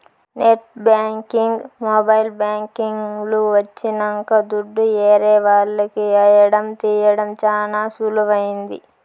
net banking mobile banking లు వచ్చినంక దుడ్డు ఏరే వాళ్లకి ఏయడం తీయడం చానా సులువైంది